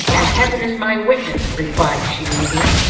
as heaven is my witness, replied she weeping,